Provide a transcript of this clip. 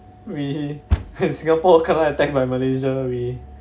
we Singapore kena attacked by malaysia we